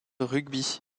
rugby